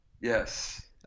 Yes